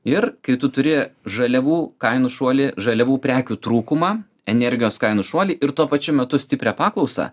ir kai tu turi žaliavų kainų šuolį žaliavų prekių trūkumą energijos kainų šuolį ir tuo pačiu metu stiprią paklausą